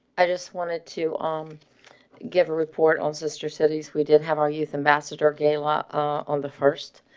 i just wanted to um give a report on sister cities. we did have our youth ambassador gala ah on the first,